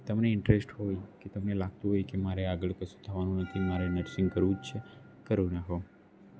તમને ઇન્ટરેસ્ટ હોય કે તમને લાગતું હોય કે મારે આગળ કશું થવાનું નથી મારે નર્સિંગ કરવું જ છે કરું નાખો